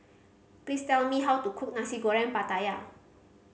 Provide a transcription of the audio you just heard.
please tell me how to cook Nasi Goreng Pattaya